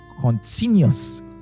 continuous